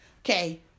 Okay